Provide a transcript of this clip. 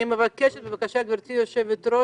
אני מבקשת, גברתי יושבת-הראש,